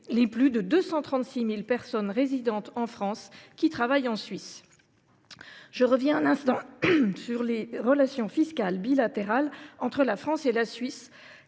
les plus de 236 000 personnes résidentes en France qui travaillent en Suisse. Revenons un instant sur les relations fiscales bilatérales entre la France et la Suisse.